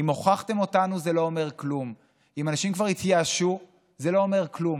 אם הוכחתם אותנו, זה לא אומר כלום.